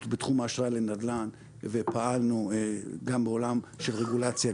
בתחום האשראי לנדל"ן ופעלנו גם בעולם של רגולציה,